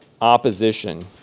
opposition